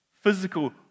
physical